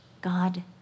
God